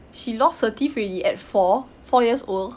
she lost her teeth already at four four years old